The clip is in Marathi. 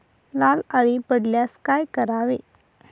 लाल अळी पडल्यास काय करावे?